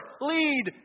lead